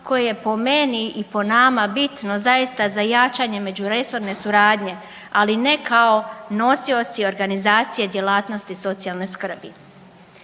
koje je po meni i po nama bitno zaista za jačanje međuresorne suradnje ali ne kao nosioci organizacije djelatnosti socijalne skrbi.